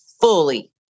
fully